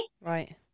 Right